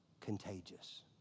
contagious